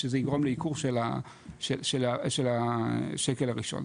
שזה יגרום לייקור של השקל הראשון,